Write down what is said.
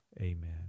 amen